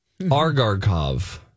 Argarkov